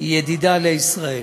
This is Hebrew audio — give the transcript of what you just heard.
היא ידידה לישראל.